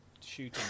shooting